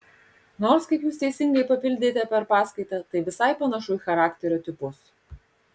nors kaip jūs teisingai papildėte per paskaitą tai visai panašu į charakterio tipus